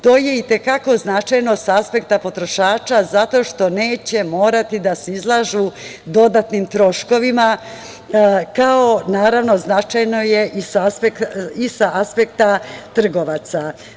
To je i te kako značajno sa aspekta potrošača zato što neće morati da se izlažu dodatnim troškovima, kao naravno značajno je i sa aspekta trgovaca.